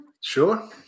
Sure